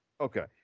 Okay